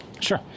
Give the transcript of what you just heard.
sure